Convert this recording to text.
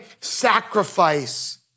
sacrifice